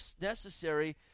necessary